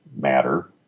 matter